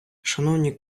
шановні